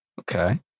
okay